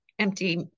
empty